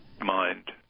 mind